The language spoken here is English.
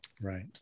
Right